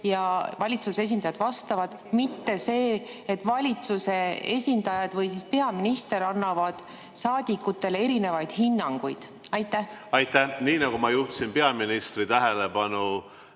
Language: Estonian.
ja valitsuse esindajad vastavad, mitte see, et valitsuse esindajad või siis peaminister annavad saadikutele erinevaid hinnanguid. Aitäh! Nii nagu ma juhtisin peaministri tähelepanu